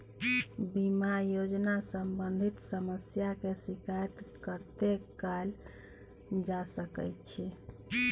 बीमा योजना सम्बंधित समस्या के शिकायत कत्ते कैल जा सकै छी?